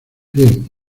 bien